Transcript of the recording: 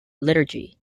liturgy